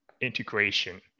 integration